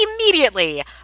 immediately